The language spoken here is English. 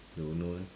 don't know eh